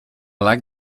like